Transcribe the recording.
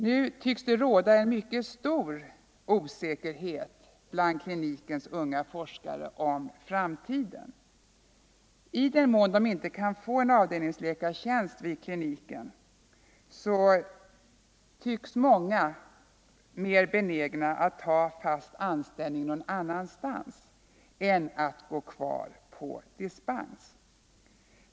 Det tycks nu råda en mycket stor osäkerhet bland klinikens unga forskare om framtiden. Kan de inte få en avdelningsläkartjänst vid kliniken, synes många vara mer benägna att ta fast an ställning någon annanstans än att gå kvar på dispens.